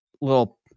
little